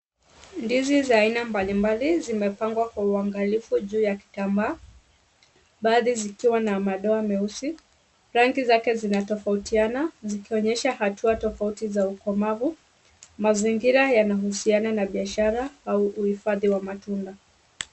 Ndizi za aina mbalimbali zimepangwa kwa uangalifu juu ya kitambaa baadhi zikiwa na madoa meusi, rangi zake zinatofautiana zikionyesha hatua tofauti za ukomavu, mazingira yanahusiana na biashara au uhifadhi wa matunda.